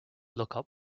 lookup